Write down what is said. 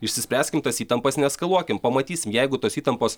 išsispręskim tas įtampas neeskaluokim pamatysim jeigu tos įtampos